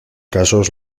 casos